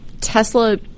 Tesla